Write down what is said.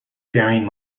faring